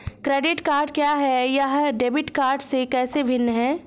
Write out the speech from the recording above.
Credit card क्या है और यह डेबिट कार्ड से कैसे भिन्न है?